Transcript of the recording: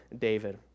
David